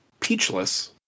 peachless